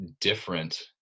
different